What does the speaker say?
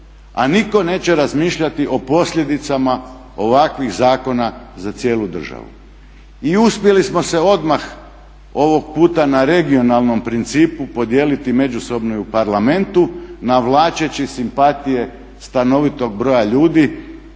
a nitko neće razmišljati o posljedicama ovakvih zakona za cijelu državu. I uspjeli smo se odmah ovog puta na regionalnom principu podijeliti međusobno i u Parlamentu navlačeći simpatije stanovitog broja ljudi